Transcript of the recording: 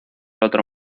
otro